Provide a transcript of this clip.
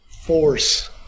force